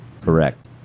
Correct